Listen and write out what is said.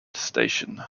station